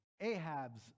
Ahab's